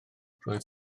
roedd